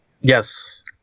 Yes